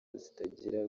zitagira